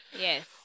Yes